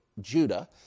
Judah